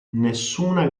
nessuna